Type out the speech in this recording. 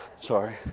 Sorry